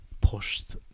pushed